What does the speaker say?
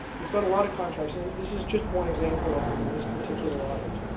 we've got a lot of contracts. and and this is just one example of them in this particular audit.